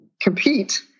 compete